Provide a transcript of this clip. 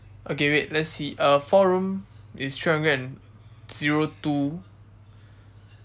okay wait let's see uh four room is three hundred and zero two